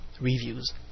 reviews